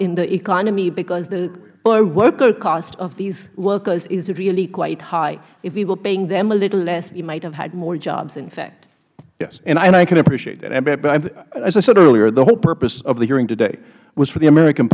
in the economy because the worker cost of these workers is really quite high if we were paying them a little less you might have had more jobs in fact mister kelly yes and i can appreciate that but as i said earlier the whole purpose of the hearing today was for the american